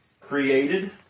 created